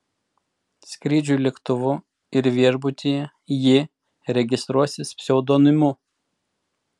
skrydžiui lėktuvu ir viešbutyje ji registruosis pseudonimu